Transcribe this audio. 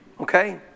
Okay